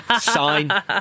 Sign